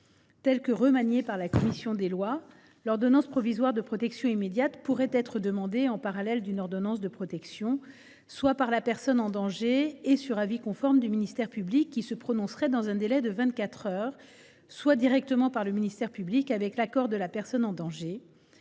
Telle que remaniée par la commission des lois, l’ordonnance provisoire de protection immédiate pourrait être demandée en parallèle d’une ordonnance de protection, soit par la personne en danger et sur avis conforme du ministère public, qui se prononcerait dans un délai de vingt quatre heures, soit directement par le ministère public en accord avec la personne en danger.